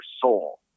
soul